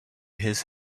his